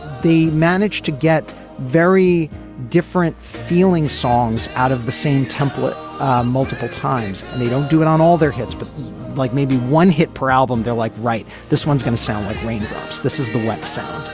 managed to get very different feeling songs out of the same template multiple times and they don't do it on all their hits but like maybe one hit per album they're like right this one's going to sound like raindrops. this is the web site.